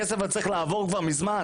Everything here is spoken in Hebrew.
הכסף הזה היה צריך לעבור כבר מזמן.